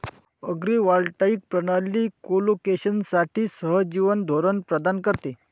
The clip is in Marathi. अग्रिवॉल्टाईक प्रणाली कोलोकेशनसाठी सहजीवन धोरण प्रदान करते